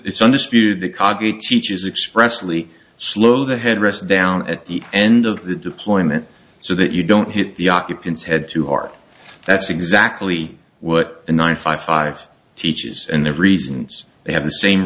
it's under speed the cognate teaches expressively slow the headrest down at the end of the deployment so that you don't hit the occupants head to heart that's exactly what the nine five five teaches and the reasons they have the same